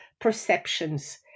perceptions